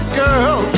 girl